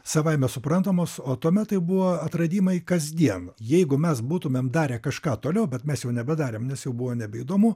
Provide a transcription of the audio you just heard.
savaime suprantamus o tuomet tai buvo atradimai kasdien jeigu mes būtumėm darę kažką toliau bet mes jau nebedarėm nes jau buvo nebeįdomu